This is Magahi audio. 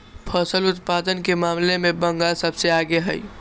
फसल उत्पादन के मामले में बंगाल सबसे आगे हई